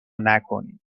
نکنید